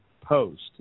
post